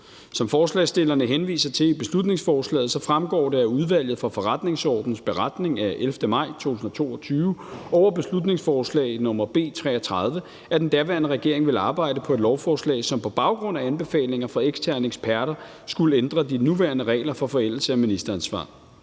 Som forslagsstillerne henviser til i beslutningsforslaget, fremgår det af Udvalget for Forretningsordenens beretning af 11. maj 2022 over beslutningsforslag nr. B 33, at den daværende regering vil arbejde på et lovforslag, som på baggrund af anbefalinger fra eksterne eksperter skulle ændre de nuværende regler for forældelse af ministeransvar.